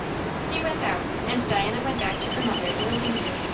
he went out, and diana went back to her mother in the lean-to.